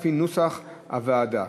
כפי נוסח הוועדה.